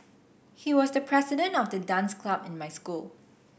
he was the president of the dance club in my school